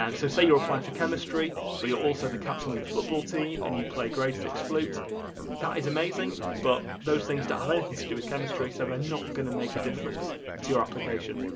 um so say you're apply for chemistry but you're also the captain of the football team and you play grade six flute that is amazing but those things don't have anything to do with chemistry so they're not going to make a difference to your application.